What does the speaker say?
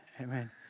Amen